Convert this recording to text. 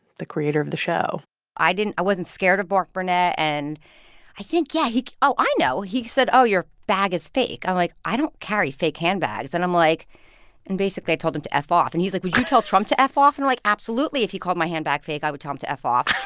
the creator of the show i didn't i wasn't scared of mark burnett. and i think, yeah, he oh, i know. he said, oh, your bag is fake. i'm like, i don't carry fake handbags. and i'm like and basically i told him to f off. and he's like, would you tell trump to f off? and i'm like, absolutely. if he called my handbag fake i would tell him to f off.